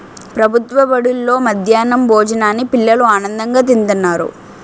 ప్రభుత్వ బడుల్లో మధ్యాహ్నం భోజనాన్ని పిల్లలు ఆనందంగా తింతన్నారు